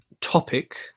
topic